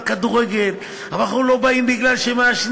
לכדורגל אבל אנחנו לא באים כי מעשנים,